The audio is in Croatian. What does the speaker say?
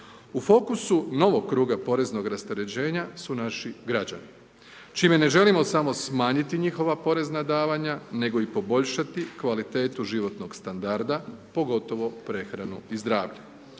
U fokusu novog kruga poreznog rasterećenja su naši građani čime ne želimo samo smanjiti njihova porezna davanja nego i poboljšati kvalitetu životnog standarda, pogotovo prehranu i zdravlje.